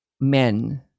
men